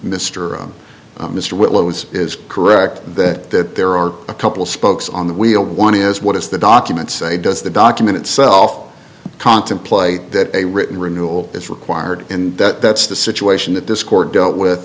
mr mr willows is correct that there are a couple spokes on the wheel one is what is the documents say does the document itself contemplate that a written renewal is required and that that's the situation that discord dealt with